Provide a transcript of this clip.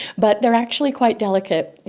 but there are actually quite delicate.